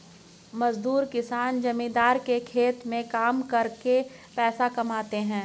मजदूर किसान जमींदार के खेत में काम करके पैसा कमाते है